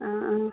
ആ ആ